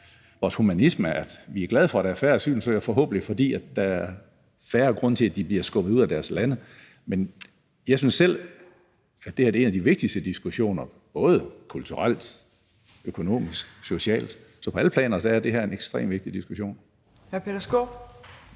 vores humanisme: at vi er glade for, at der er færre asylsøgere, forhåbentlig fordi der er færre grunde til, at de bliver skubbet ud af deres lande. Jeg synes selv, at det her er en af de vigtigste diskussioner, både kulturelt, økonomisk og socialt. Så på alle planer er det her en ekstremt vigtig diskussion. Kl. 12:39